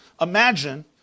Imagine